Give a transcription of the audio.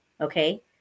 Okay